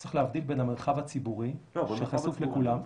צריך להבדיל בין המרחב הציבורי שחשוף לכולם.